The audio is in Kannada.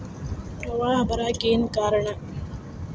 ಪ್ರವಾಹ ಬರಾಕ್ ಏನ್ ಕಾರಣ?